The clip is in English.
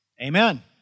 Amen